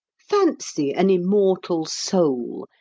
fancy an immortal soul,